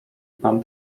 pan